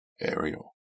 Ariel